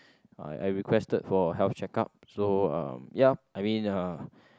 I I requested for health checkup so uh ya I mean uh